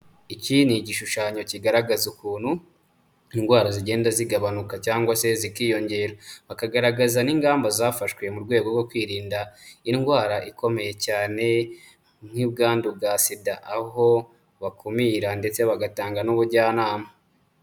Iki ni igishushanyo kigaragaza ukuntu indwara zigenda zigabanuka cyangwa se zikiyongera, bakagaragaza n'ingamba zafashwe mu rwego rwo kwirinda indwara ikomeye cyane nk'ubwandu bwa SIDA, aho bakumira ndetse bagatanga n'ubujyanama.